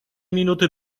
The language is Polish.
minuty